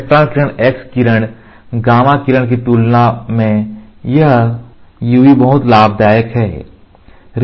electron किरण X किरण gamma किरण की तुलना में यह UV बहुत लाभदायक है